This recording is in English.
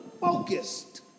focused